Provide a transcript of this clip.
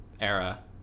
era